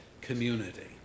community